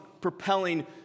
propelling